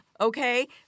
okay